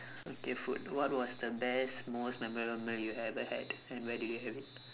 okay food what was the best most memorable you ever had and where did you have it